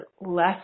less